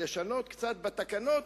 לשנות קצת בתקנות,